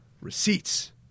receipts